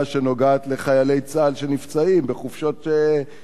לחיילי צה"ל שנפצעים בחופשות מיוחדות,